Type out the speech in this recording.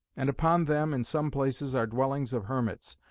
and upon them, in some places, are dwellings of hermits,